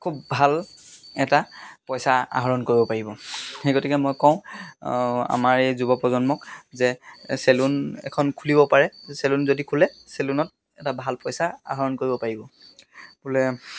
খুব ভাল এটা পইচা আহৰণ কৰিব পাৰিব সেই গতিকে মই কওঁ আমাৰ এই যুৱ প্ৰজন্মক যে চেলুন এখন খুলিব পাৰে চেলুন যদি খোলে চেলুনত এটা ভাল পইচা আহৰণ কৰিব পাৰিব বোলে